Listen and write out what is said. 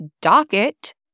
docket